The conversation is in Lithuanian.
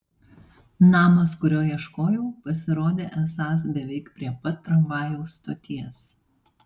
namas kurio ieškojau pasirodė esąs beveik prie pat tramvajaus stoties